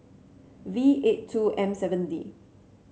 V eight two M seven D